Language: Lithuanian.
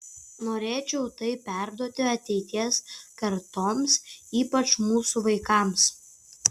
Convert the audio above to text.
norėčiau tai perduoti ateities kartoms ypač mūsų vaikams